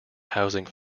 housing